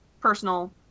Personal